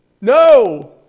No